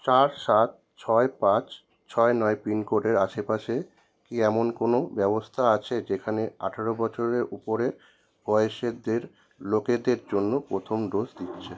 চার সাত ছয় পাঁচ ছয় নয় পিনকোডের আশেপাশে কি এমন কোনো ব্যবস্তা আছে যেখানে আঠেরো বছররের উপরে বয়েসিদের লোকেদের জন্য প্রথম ডোজ দিচ্ছে